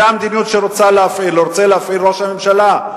זו המדיניות שרוצה להפעיל ראש הממשלה?